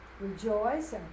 rejoice